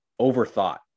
overthought